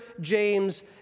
James